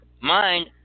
mind